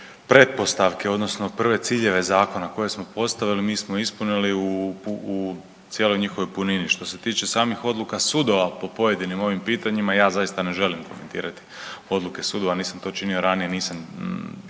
prve pretpostavke odnosno prve ciljeve zakona koje smo postavili mi smo ispunili u cijeloj njihovoj punini. Što se tiče samih odluka sudova po pojedinim ovim pitanjima ja zaista ne želim komentirati odluke sudova, nisam to činio ranije, nisam